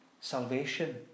salvation